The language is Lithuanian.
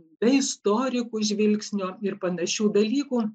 bei istorikų žvilgsnio ir panašių dalykų